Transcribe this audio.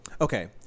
okay